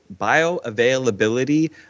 bioavailability